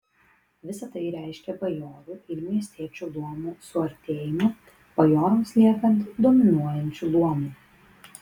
visa tai reiškė bajorų ir miestiečių luomų suartėjimą bajorams liekant dominuojančiu luomu